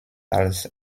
als